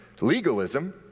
legalism